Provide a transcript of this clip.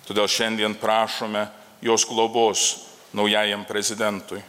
todėl šiandien prašome jos globos naujajam prezidentui